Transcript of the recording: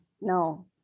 no